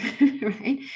right